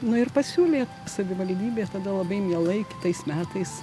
nu ir pasiūlė savivaldybė tada labai mielai kitais metais